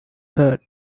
hurt